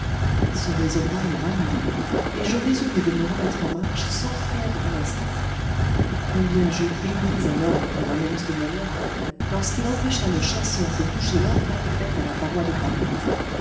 ce raisonnement me ranima et je résolus de me remettre en marche sans perdre un instant combien je bénis alors la prévoyance de mon oncle lorsqu'il empêcha le chasseur de boucher l'entaille faite à la paroi de granit